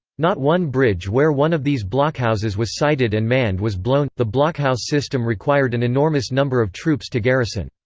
not one bridge where one of these blockhouses was sited and manned was blown the blockhouse system required an enormous number of troops to garrison.